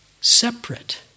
separate